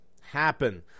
happen